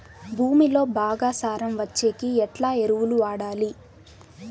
భూమిలో బాగా సారం వచ్చేకి ఎట్లా ఎరువులు వాడాలి?